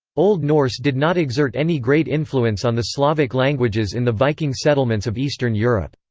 old norse did not exert any great influence on the slavic languages in the viking settlements of eastern europe.